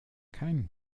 kein